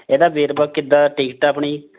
ਇਹਦਾ ਵੇਰਵਾ ਕਿੱਦਾਂ ਟਿਕਟ ਆਪਣੀ